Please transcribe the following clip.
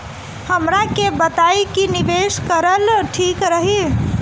हमरा के बताई की निवेश करल ठीक रही?